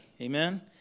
Amen